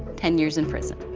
ten years in prison.